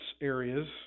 areas